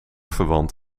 verwant